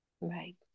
Right